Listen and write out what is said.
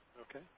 okay